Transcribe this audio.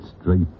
straight